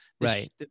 right